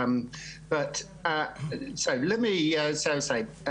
אז אני אסתכל עליהן בשלוש דרכים.